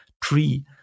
tree